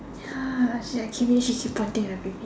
ya she actually she keep pointing at the baby